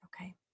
Okay